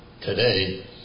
today